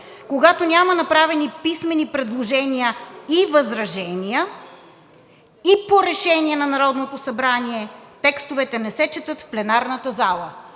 Когато няма направени писмени предложения и възражения и по решение на Народното събрание, текстовете не се четат в пленарната зала.“